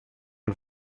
und